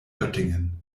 göttingen